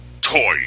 toy